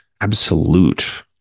absolute